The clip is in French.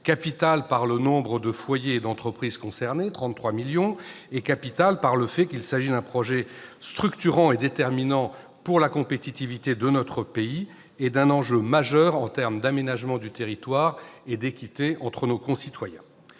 millions -de foyers et d'entreprises concernés, par le fait qu'il s'agit d'un projet structurant et déterminant pour la compétitivité de notre pays, ainsi que d'un enjeu majeur en termes d'aménagement du territoire et d'équité entre nos concitoyens.